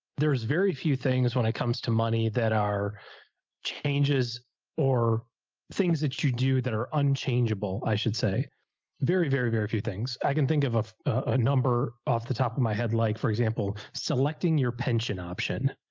there's very few things when it comes to money that are changes or things that you do that are unchangeable, i should say very, very, very few things. i can think of of a number off the top of my head. like for example, selecting your pension option.